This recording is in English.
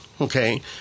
okay